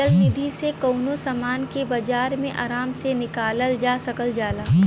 चल निधी से कउनो समान के बाजार मे आराम से निकालल जा सकल जाला